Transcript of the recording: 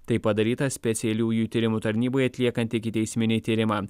tai padaryta specialiųjų tyrimų tarnybai atliekant ikiteisminį tyrimą